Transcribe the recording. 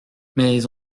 mais